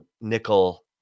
nickel